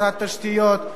משרד התשתיות,